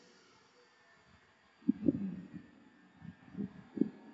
mm mm